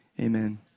amen